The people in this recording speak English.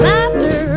Laughter